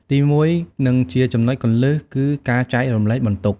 ទីមួយ និងជាចំណុចគន្លឹះ គឺ ការចែករំលែកបន្ទុក។